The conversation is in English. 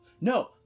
No